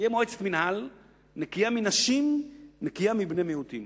תהיה מועצת מינהל נקייה מנשים ומבני מיעוטים.